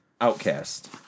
Outcast